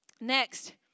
Next